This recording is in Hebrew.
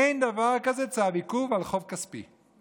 אין דבר כזה צו עיכוב על חוב כספי.